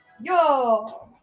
Yo